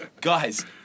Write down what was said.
guys